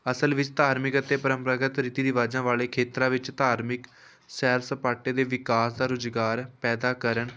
ਅਸਲ ਵਿੱਚ ਧਾਰਮਿਕ ਅਤੇ ਪਰੰਪਰਾਗਤ ਰੀਤੀ ਰਿਵਾਜ਼ਾਂ ਵਾਲੇ ਖੇਤਰਾਂ ਵਿੱਚ ਧਾਰਮਿਕ ਸੈਰ ਸਪਾਟੇ ਦੇ ਵਿਕਾਸ ਦਾ ਰੁਜ਼ਗਾਰ ਪੈਦਾ ਕਰਨ